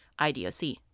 IDOC